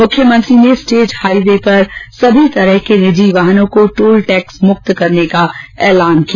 मुख्यमंत्री ने state highway पर सभी तरह के निजी वाहनों को टोल टैक्स मुक्त करने का एलान किया